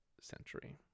century